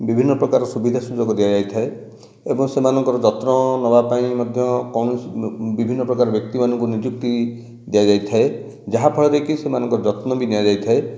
ବିଭିନ୍ନ ପ୍ରକାର ସୁବିଧା ସୁଯୋଗ ଦିଆଯାଇଥାଏ ଏଵଂ ସେମାନଙ୍କର ଯତ୍ନ ନେବାପାଇଁ ମଧ୍ୟ କୋଣସି ବିଭିନ୍ନ ପ୍ରକାର ବ୍ୟକ୍ତି ମାନଙ୍କୁ ନିଯୁକ୍ତି ଦିଆଯାଇଥାଏ ଯାହାଫଳରେ କି ସେମାନଙ୍କର ଯତ୍ନ ବି ନିଆଯାଇଥାଏ